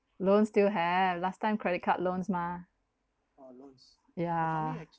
loans still have last time credit card loans mah yeah